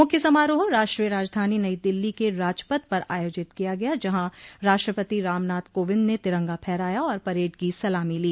मुख्य समारोह राष्ट्रीय राजधानी नई दिल्ली के राजपथ पर आयोजित किया गया जहां राष्ट्रपति रामनाथ कोविंद ने तिरंगा फहराया और परेड की सलामी ली